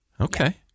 Okay